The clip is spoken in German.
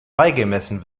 beigemessen